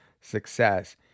success